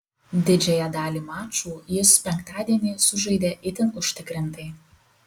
didžiąją dalį mačų jis penktadienį sužaidė itin užtikrintai